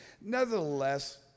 Nevertheless